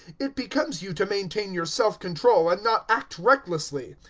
it becomes you to maintain your self-control and not act recklessly.